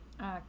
okay